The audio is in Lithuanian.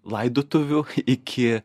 laidotuvių iki